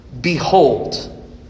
Behold